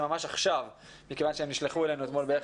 שזה ממש עכשיו מכיוון שהם נשלחו אלינו אתמול.